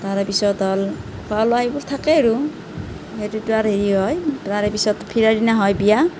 তাৰে পিছত হ'ল খোৱা লোৱা এইবোৰ থাকে আৰু সেইটোতো আৰু হেৰি হয় তাৰে পিছত ফিৰাদিনা হয় বিয়া